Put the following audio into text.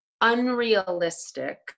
unrealistic